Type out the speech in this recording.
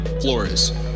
Flores